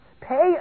Pay